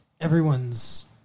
everyone's